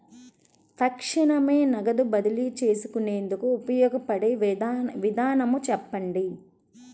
తక్షణమే నగదు బదిలీ చేసుకునేందుకు ఉపయోగపడే విధానము చెప్పండి?